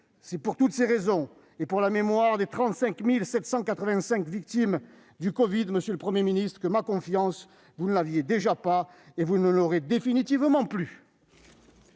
C'est pour toutes ces raisons, et pour la mémoire des 35 785 victimes du covid-19, monsieur le Premier ministre, que ma confiance, vous ne l'aviez déjà pas, et vous ne l'aurez définitivement plus